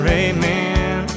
amen